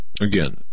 again